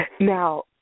Now